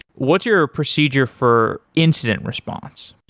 what's your procedure for incidence response?